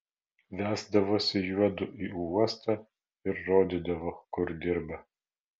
vesdavosi juodu į uostą ir rodydavo kur dirba